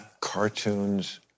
cartoons